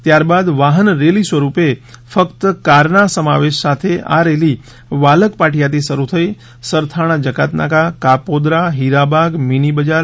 ત્યારબાદ વાહન રેલી સ્વરૂપે ફક્ત કારના સમાવેશ સાથે આ રેલી વાલક પાટીયા થી શરૂ થઈ સરથાણા જકાતનાકા કાપોદ્રા ફીરાબાગ મીની બજાર